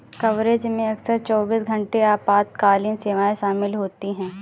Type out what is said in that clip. coverage में अक्सर चौबीस घंटे आपातकालीन सेवाएं शामिल होती हैं